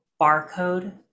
barcode